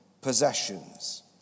possessions